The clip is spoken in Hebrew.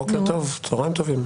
בוקר טוב, צוהריים טובים.